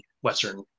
western